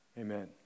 Amen